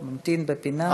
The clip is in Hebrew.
הוא ממתין בפינה שם.